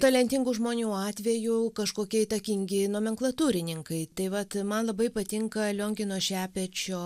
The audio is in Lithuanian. talentingų žmonių atveju kažkokie įtakingi nomenklatūrininkai taip vat man labai patinka liongino šepečio